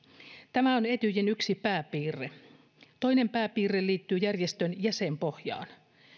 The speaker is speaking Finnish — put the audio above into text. tämä on etyjin yksi pääpiirre toinen pääpiirre liittyy järjestön jäsenpohjaan